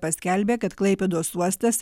paskelbė kad klaipėdos uostas